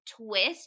twist